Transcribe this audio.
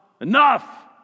enough